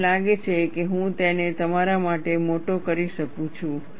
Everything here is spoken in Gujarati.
મને લાગે છે કે હું તેને તમારા માટે મોટો કરી શકું છું